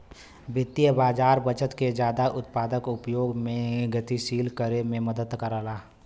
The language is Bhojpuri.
वित्तीय बाज़ार बचत के जादा उत्पादक उपयोग में गतिशील करे में मदद करला